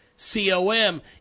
C-O-M